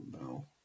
no